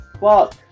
fuck